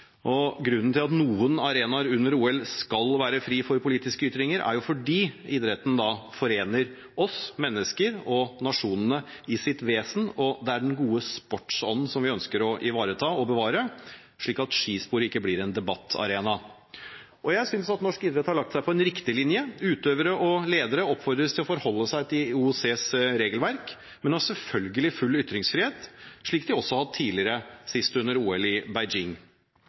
Grunnen til at noen arenaer under OL skal være fri for politiske ytringer, er jo at idretten forener oss mennesker og nasjoner i sitt vesen; det er den gode sportsånden vi ønsker å ivareta og bevare, slik at skisporet ikke blir en debattarena. Jeg synes at norsk idrett har lagt seg på en riktig linje: Utøvere og ledere oppfordres til å forholde seg til IOCs regelverk, men har selvfølgelig full ytringsfrihet, slik de også har hatt tidligere – sist under OL i Beijing.